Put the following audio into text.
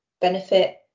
benefit